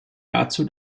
dazu